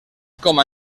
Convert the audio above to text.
com